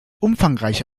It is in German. umfangreiche